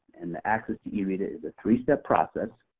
and the access to ereta is a three-step process,